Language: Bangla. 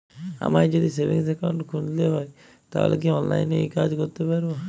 আমায় যদি সেভিংস অ্যাকাউন্ট খুলতে হয় তাহলে কি অনলাইনে এই কাজ করতে পারবো?